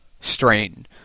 strain